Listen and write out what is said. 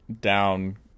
down